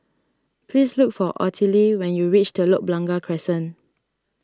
please look for Ottilie when you reach Telok Blangah Crescent